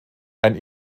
ein